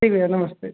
ठीक भैया नमस्ते